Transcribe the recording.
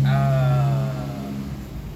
ah